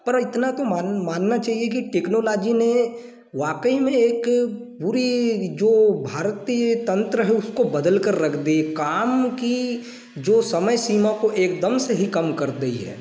पर इतना तो मानना चाहिए की टेक्नोलाजी ने वाकई में एक पूरी जो भारतीय तंत्र है उसको बदल कर रख दे काम की जो समय सीमा को एकदम से ही कम कर देइ है